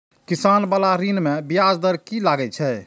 किसान बाला ऋण में ब्याज दर कि लागै छै?